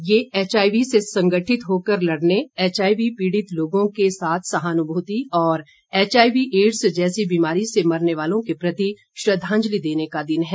यह एचआईवी से संगठित होकर लड़ने एचआईवी पीड़ित लोगों के साथ सहानुभूति और एचआईवी एड्स जैसी बिमारी से मरने वालों के प्रति श्रद्धांजलि देने का दिन है